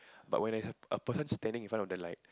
but when a person standing in front of the light